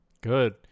Good